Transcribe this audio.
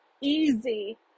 easy